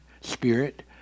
spirit